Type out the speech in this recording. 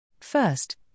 First